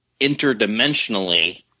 interdimensionally